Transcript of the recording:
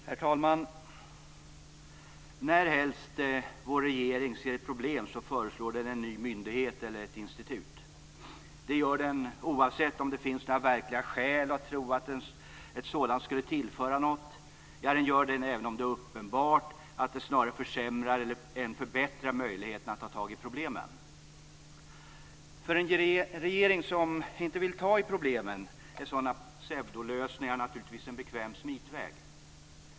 Herr talman! Närhelst vår regering ser ett problem föreslår den en ny myndighet eller ett institut. Det gör den oavsett om det finns några verkliga skäl att tro att ett sådant skulle tillföra något. Ja, den gör det även om det är uppenbart att det snarare försämrar än förbättrar möjligheterna att ta tag i problemen. För en regering som inte vill ta i problemen är sådana pseudolösningar naturligtvis en bekväm smitväg.